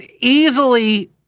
easily